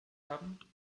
haben